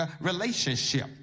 relationship